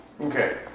Okay